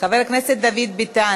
חבר הכנסת דוד ביטן.